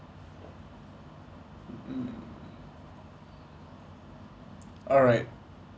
mm alright